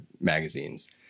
magazines